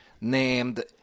named